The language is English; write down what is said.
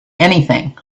anything